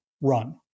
run